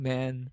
Man